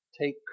take